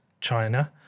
China